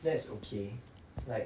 that's okay like